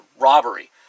robbery